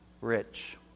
rich